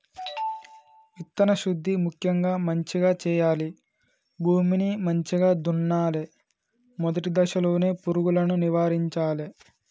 విత్తన శుద్ధి ముక్యంగా మంచిగ చేయాలి, భూమిని మంచిగ దున్నలే, మొదటి దశలోనే పురుగులను నివారించాలే